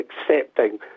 accepting